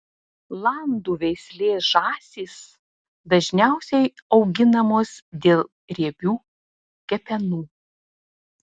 landų veislės žąsys dažniausiai auginamos dėl riebių kepenų